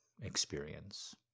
experience